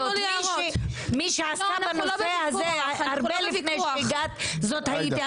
מי שעסק בנושא הזה הרבה לפני שהגעת זאת הייתי אני.